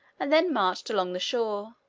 and then marched along the shore,